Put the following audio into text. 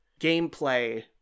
gameplay